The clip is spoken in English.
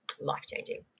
life-changing